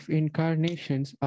incarnations